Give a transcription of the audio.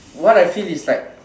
what I feel is like